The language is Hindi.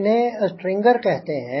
इन्हें स्ट्रिंगर कहते हैं